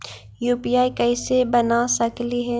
UPI कैसे बना सकली हे?